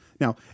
Now